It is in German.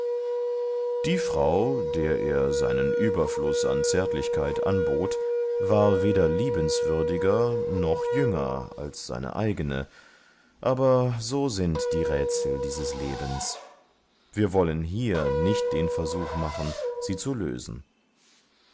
die frau der er seinen überfluß an zärtlichkeit anbot war weder liebenswürdiger noch jünger als seine eigene aber so sind die rätsel dieses lebens wir wollen hier nicht den versuch machen sie zu lösen